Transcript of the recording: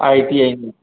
આઈટીઆઈનું